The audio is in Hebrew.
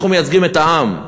אנחנו מייצגים את העם,